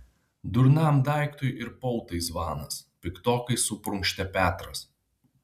durnam daiktui ir pautai zvanas piktokai suprunkštė petras